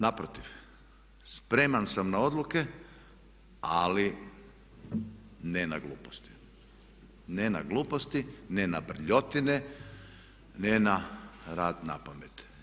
Naprotiv, spreman sam na odluke ali ne na gluposti, ne na gluposti, ne na brljotine, ne na rad napamet.